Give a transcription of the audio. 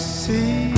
see